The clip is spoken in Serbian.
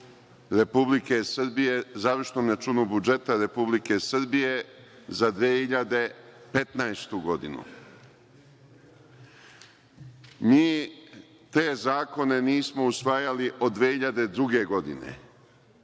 Republike Srbije za 2015. godinu? Mi te zakone nismo usvajali od 2002. godine,